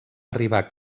arribar